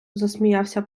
засміявся